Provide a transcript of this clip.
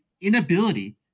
inability